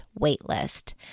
waitlist